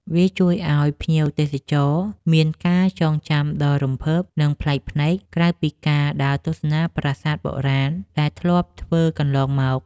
វាជួយឱ្យភ្ញៀវទេសចរមានការចងចាំដ៏រំភើប និងប្លែកភ្នែក ក្រៅពីការដើរទស្សនាប្រាសាទបុរាណដែលធ្លាប់ធ្វើកន្លងមក។